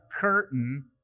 curtain